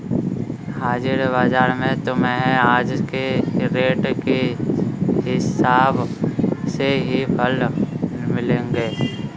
हाजिर बाजार में तुम्हें आज के रेट के हिसाब से ही फल मिलेंगे